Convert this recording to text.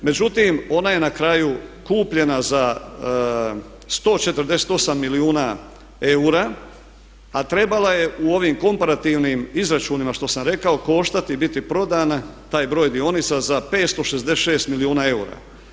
Međutim, ona je na kraju kupljena za 148 milijuna eura, a trebala je u ovim komparativnim izračunima što sam rekao koštati i bit prodana, taj broj dionica za 566 milijuna eura.